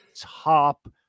top